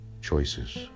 choices